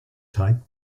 type